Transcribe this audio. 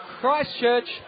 Christchurch